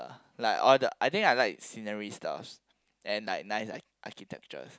like all the I think I like scenery stuffs and like nice archi~ architectures